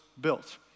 built